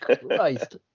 Christ